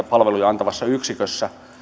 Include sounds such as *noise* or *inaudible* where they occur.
*unintelligible* palveluja antavassa yksikössä